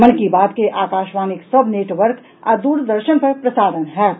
मन की बात के आकाशवाणीक सभ नेटवर्क आ द्वरदर्शन पर प्रसारण होयत